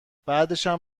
بعدشم